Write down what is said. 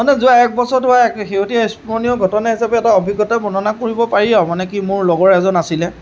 মানে যোৱা এক বছৰত হোৱা এক শেহতীয়া স্মৰণীয় ঘটনা হিচাপে এটা অভিজ্ঞতা বৰ্ণনা কৰিব পাৰি আৰু মানে কি মোৰ লগৰ এজন আছিলে